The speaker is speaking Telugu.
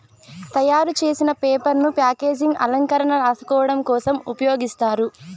తయారు చేసిన పేపర్ ను ప్యాకేజింగ్, అలంకరణ, రాసుకోడం కోసం ఉపయోగిస్తారు